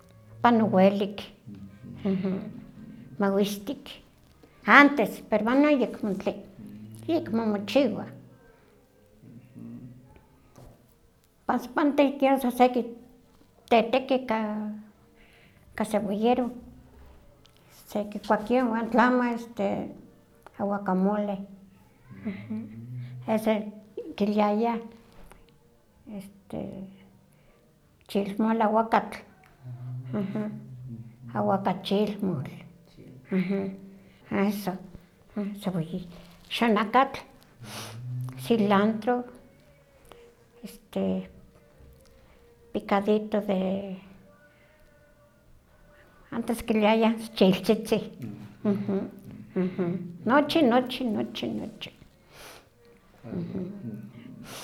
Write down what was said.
Pano welik. awistik, antes pero manon yok tlen, yekmo mochiwa, mas panti tias sekiteteki ka ka cebollero, sekikua kion wan tlamo este awakamole, ese kiliayah este chilmol awakatl, awakachilmol, aha eso, cebollín, xonakatl, cilantro, este picadito de antes kiliayah chiltzitzi, nochi, nochi, nochi, nochi.